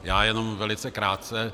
Já jenom velice krátce.